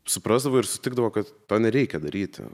suprasdavo ir sutikdavo kad to nereikia daryti